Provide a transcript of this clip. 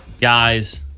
guys